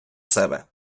себе